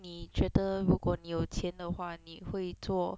你觉得如果你有钱的话你会做